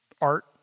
art